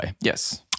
Yes